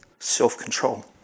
self-control